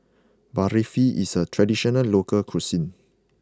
Barfi is a traditional local cuisine